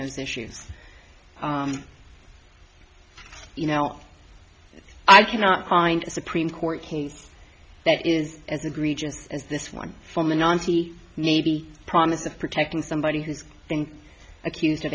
those issues you know i cannot find a supreme court case that is as egregious as this one from the ninety navy promise of protecting somebody who's think accused